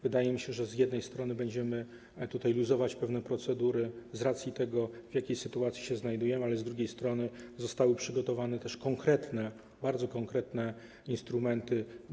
Wydaje mi się, że z jednej strony będziemy luzować pewne procedury z racji tego, w jakiej sytuacji się znajdujemy, ale z drugiej strony zostały przygotowane bardzo konkretne instrumenty.